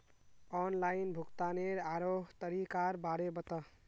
online भुग्तानेर आरोह तरीकार बारे बता